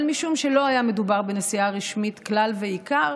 אבל משום שלא היה מדובר בנסיעה רשמית כלל ועיקר,